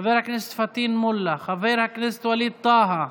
חבר הכנסת פטין מולא, חבר הכנסת ווליד טאהא,